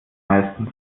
meistens